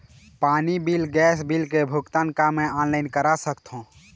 पानी bill gas bill के भुगतान का मैं ऑनलाइन करा सकथों?